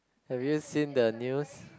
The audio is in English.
have you seen the news yet